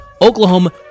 Oklahoma